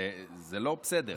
זה לא בסדר.